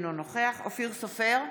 אינו נוכח אופיר סופר,